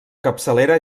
capçalera